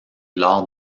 lors